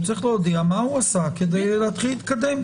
הוא צריך להודיע מה עשה כדי להתחיל להתקדם,